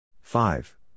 Five